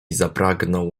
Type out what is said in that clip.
zapragnął